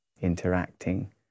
interacting